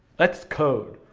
let's code.